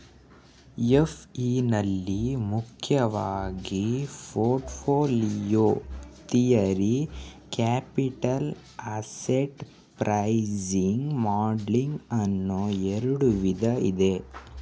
FE ನಲ್ಲಿ ಮುಖ್ಯವಾಗಿ portfolio theory, capital asset pricing modelling ಅನ್ನೋ ಎರಡು ವಿಧ ಇದೆ